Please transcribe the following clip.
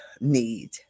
need